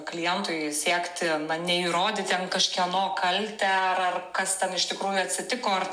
klientui siekti na neįrodyt ten kažkieno kaltę ar ar kas ten iš tikrųjų atsitiko ar